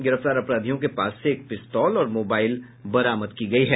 गिरफ्तार अपराधियों के पास से एक पिस्तौत और मोबाईल बरामद किये गये हैं